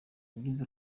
yagize